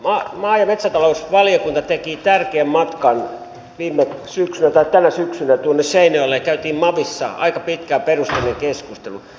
maa ja metsätalousvaliokunta teki tärkeän matkan tänä syksynä seinäjoelle ja käytiin mavissa aika pitkä ja perusteellinen keskustelu